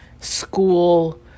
school